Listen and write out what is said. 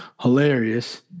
hilarious